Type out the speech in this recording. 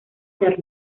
per